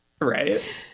Right